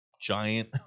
giant